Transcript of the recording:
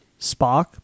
Spock